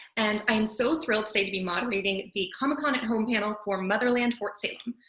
and i am so thrilled today to be moderating the comic-con home panel for motherland fort salem.